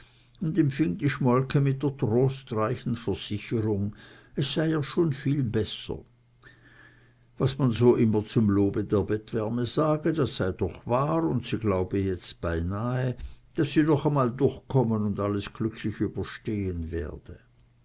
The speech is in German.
und empfing die schmolke mit der trostreichen versicherung es sei ihr schon viel besser was man so immer zum lobe der bettwärme sage das sei doch wahr und sie glaube jetzt beinahe daß sie noch mal durchkommen und alles glücklich überstehen werde